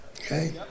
okay